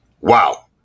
Wow